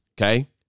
Okay